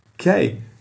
Okay